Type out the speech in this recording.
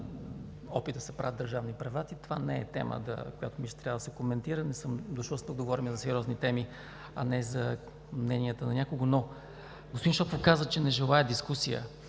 опит да се правят държавни преврати, това не е тема, която мисля, че трябва да се коментира. Дошъл съм да говорим на сериозни теми, а не за мненията на някого. Но господин Шопов каза, че не желае дискусия.